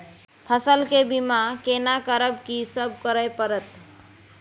फसल के बीमा केना करब, की सब करय परत?